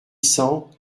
cents